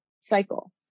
cycle